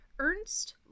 Ernst